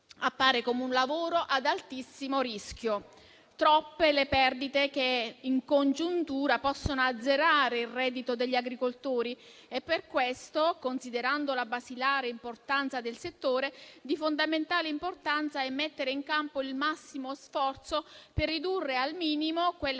appare come un lavoro ad altissimo rischio: troppe le perdite che, in congiuntura, possono azzerare il reddito degli agricoltori e per questo, considerando la basilare importanza del settore, è di fondamentale importanza mettere in campo il massimo sforzo per ridurre al minimo perdite